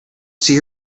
see